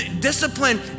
Discipline